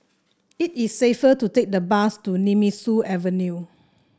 it is safer to take the bus to Nemesu Avenue